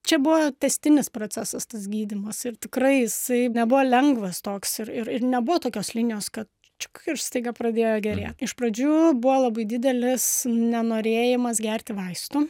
čia buvo tęstinis procesas tas gydymas ir tikrai jisai nebuvo lengvas toks ir ir nebuvo tokios linijos kad čik ir staiga pradėjo gerėt iš pradžių buvo labai didelis nenorėjimas gerti vaistų